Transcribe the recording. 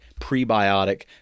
prebiotic